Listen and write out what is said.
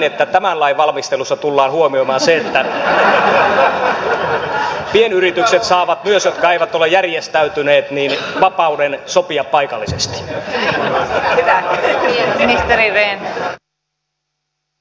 että tämän lain valmistelussa tullaan huomioimaan se että myös pienyritykset jotka eivät ole järjestäytyneet saavat vapauden sopia paikallisesti